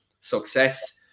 success